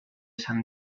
san